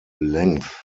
length